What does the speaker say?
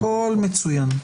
הכול מצוין.